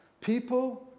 People